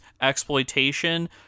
exploitation